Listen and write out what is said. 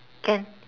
can